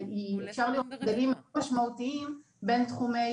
אבל אפשר לראות הבדלים משמעותיים בין תחומי